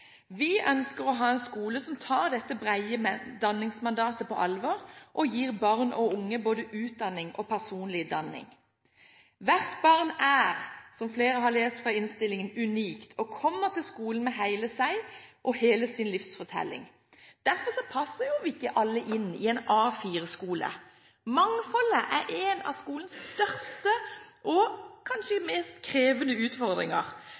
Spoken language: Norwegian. Vi ønsker å ha en skole som tar dette brede danningsmandatet på alvor og gir barn og unge både utdanning og personlig danning. Hvert barn er – som flere har lest fra innstillingen – unikt og kommer til skolen med hele seg og hele sin livsfortelling. Derfor passer ikke alle inn i en A4-skole. Mangfoldet er en av skolens største og kanskje mest krevende utfordringer.